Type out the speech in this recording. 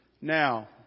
Now